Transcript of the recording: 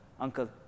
uncle